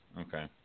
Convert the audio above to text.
Okay